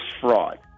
fraud